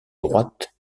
droite